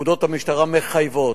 פקודות המשטרה מחייבות.